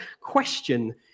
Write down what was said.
question